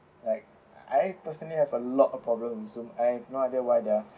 like I personally have a lot of problem in zoom I've no idea why their